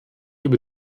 über